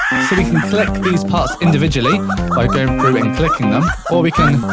so, we can click these parts, individually by going through, and clicking them, or we can